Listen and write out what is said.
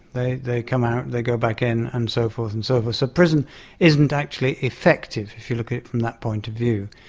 they they come out, they go back in, and so forth and so on. so prison isn't actually effective if you look at from that point of view.